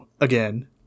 again